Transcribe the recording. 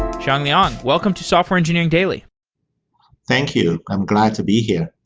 sheng liang, welcome to software engineering daily thank you. i'm glad to be here